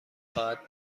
خواهد